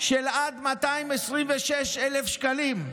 של עד 226,000 שקלים.